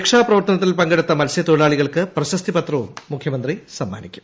രക്ഷാപ്രവർത്തനത്തിൽ പങ്കെടുത്ത മൽസ്യത്തൊഴിലാളികൾക്ക് പ്രശസ്തിപത്രവും മുഖ്യമന്ത്രി സമ്മാനിക്കും